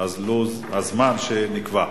לפי הזמן שנקבע.